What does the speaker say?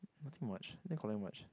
nothing much I didn't collect much